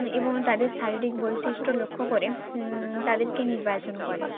এবং তাদের শারীরিক বৈশিষ্ট্য লক্ষ্য করে তাদেরকে নির্বাচন করে